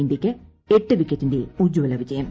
ഇന്ത്യയ്ക്ക് എട്ട് വിക്കറ്റിന്റെ ഉജ്ജ്വല വിജയം